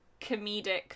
Comedic